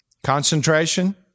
Concentration